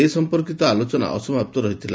ଏ ସମ୍ମର୍କୀତ ଆଲୋଚନା ଅସମାପ୍ତ ରହିଥିଲା